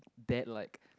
that like